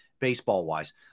baseball-wise